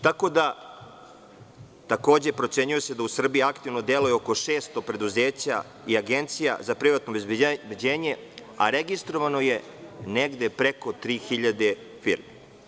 Takođe, procenjuje se da u Srbiji aktivno deluje oko 600 preduzeća i agencija za privatno obezbeđenje, a registrovano je negde preko 3.000 firmi.